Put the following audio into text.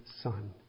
Son